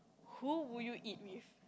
who would you eat with